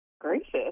gracious